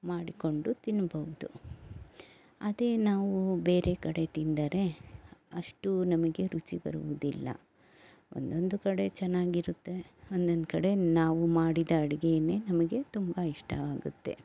ಮಾಡಿಕೊಂಡು ತಿನ್ಬಹುದು ಅದೇ ನಾವು ಬೇರೆ ಕಡೆ ತಿಂದರೆ ಅಷ್ಟು ನಮಗೆ ರುಚಿ ಬರುವುದಿಲ್ಲ ಒಂದೊಂದು ಕಡೆ ಚೆನ್ನಾಗಿರುತ್ತೆ ಒಂದೊಂದು ಕಡೆ ನಾವು ಮಾಡಿದ ಅಡುಗೆಯನ್ನೇ ನಮಗೆ ತುಂಬ ಇಷ್ಟವಾಗುತ್ತೆ